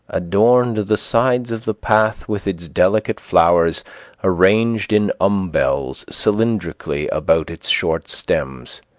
adorned the sides of the path with its delicate flowers arranged in umbels cylindrically about its short stems,